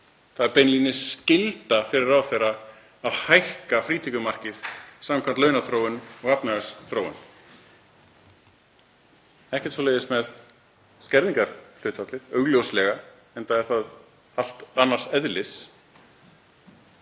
Það er beinlínis skylda fyrir ráðherra að hækka frítekjumarkið samkvæmt launaþróun og efnahagsþróun. Ekkert svoleiðis með skerðingarhlutfallið, augljóslega, enda er það allt annars eðlis.